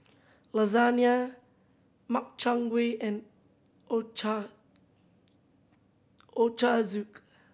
Lasagne Makchang Gui and